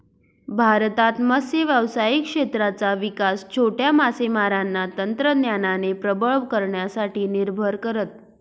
भारतात मत्स्य व्यावसायिक क्षेत्राचा विकास छोट्या मासेमारांना तंत्रज्ञानाने प्रबळ करण्यासाठी निर्भर करत